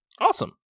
awesome